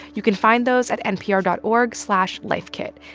you can find those at npr dot org slash lifekit.